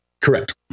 Correct